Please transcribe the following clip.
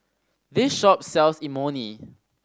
this shop sells Imoni